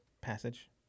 passage